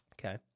okay